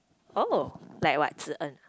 oh like what Zi-En ah